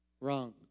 wrong